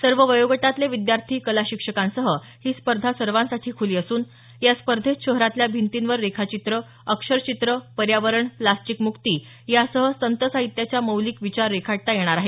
सर्व वयोगटाले विद्यार्थी कलाशिक्षकांसह ही स्पर्धा सर्वांसाठी खुली असून या स्पर्धेत शहरातल्या भिंतींवर रेखाचित्र अक्षरचित्र पर्यावरण प्लास्टिकमुक्ती यांसह संत साहित्याच्या मौलिक विचार रेखाटता येणार आहेत